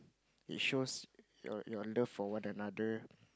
it shows your your love for one another